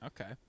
Okay